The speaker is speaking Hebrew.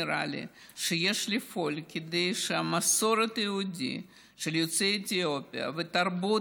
נראה לי שיש לפעול כדי שהמסורת של יוצאי אתיופיה והתרבות